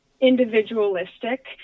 individualistic